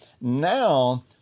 Now